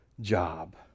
job